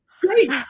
great